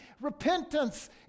Repentance